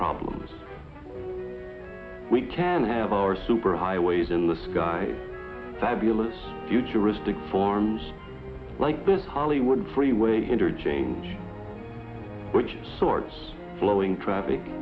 problems we can have our super highways in the sky fabulous futuristic farms like this hollywood freeway interchange which sorts flowing traffic